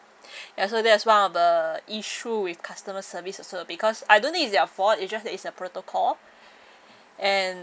ya so that was one of the issue with customer service also lah because I don't think it's their fault it just that it's a protocol and